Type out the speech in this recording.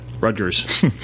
Rutgers